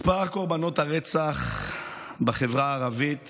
מספר קורבנות הרצח בחברה הערבית